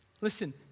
Listen